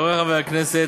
חברי חברי הכנסת,